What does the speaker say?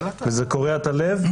זה קורע את הלב,